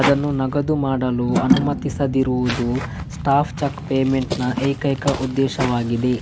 ಅದನ್ನು ನಗದು ಮಾಡಲು ಅನುಮತಿಸದಿರುವುದು ಸ್ಟಾಪ್ ಚೆಕ್ ಪೇಮೆಂಟ್ ನ ಏಕೈಕ ಉದ್ದೇಶವಾಗಿದೆ